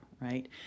right